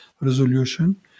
resolution